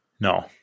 No